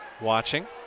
watching